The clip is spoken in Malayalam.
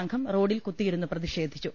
സംഘം റോഡിൽ കുത്തിയിരുന്നു പ്രതിഷേധിച്ചു